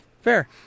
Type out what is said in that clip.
fair